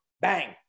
Bang